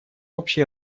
общий